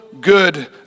good